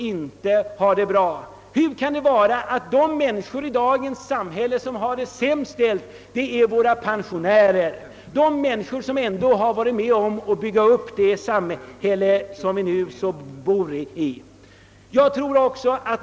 Hur kan det få vara så, att de människor i dagens samhälle som har det sämst ställt är våra pensionärer, de som ändå varit med om att bygga upp det samhälle som vi bor i?